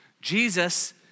Jesus